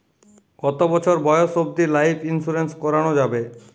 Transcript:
কতো বছর বয়স অব্দি লাইফ ইন্সুরেন্স করানো যাবে?